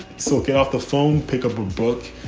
so get off the phone, pick up a book,